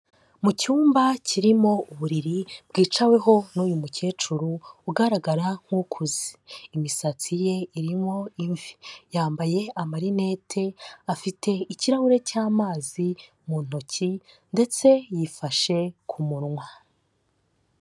Mu cyumba kirimo uburiri bwicaweho n'uyu mukecuru ugaragara nk'ukuze, imisatsi ye irimo imvi, yambaye amarinete, afite ikirahure cy'amazi mu ntoki ndetse yifashe ku munwa.